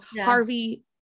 Harvey